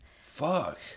Fuck